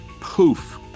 poof